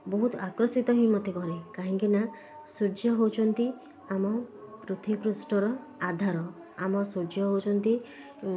ବହୁତ ଆକର୍ଷିତ ହିଁ ମୋତେ କରେ କାହଁକି ନା ସୂର୍ଯ୍ୟ ହେଉଛନ୍ତି ଆମ ପୃଥିବୀ ପୃଷ୍ଠର ଆଧାର ଆମ ସୂର୍ଯ୍ୟ ହେଉଛନ୍ତି